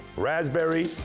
raspberry,